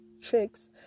tricks